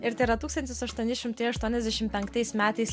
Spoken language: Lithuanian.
ir tai yra tūkstantis aštuoni šimtai aštuoniasdešim penktais metais